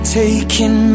taking